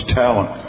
talent